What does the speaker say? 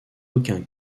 aucun